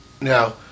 Now